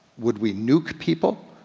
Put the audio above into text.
would we nuke people?